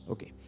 Okay